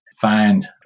find